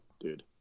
dude